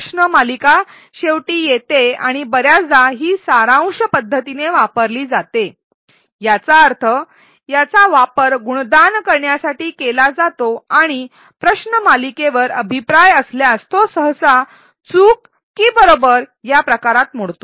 प्रश्न मालिका शेवटी येते आणि बर्याचदा ही सारांश पद्धतीने वापरली जाते याचा अर्थ याचा वापर गुणदान करण्यासाठी केला जातो आणि प्रश्न मालिकेवर अभिप्राय असल्यास तो सहसा चूक की बरोबर या प्रकारात मोडतो